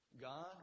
God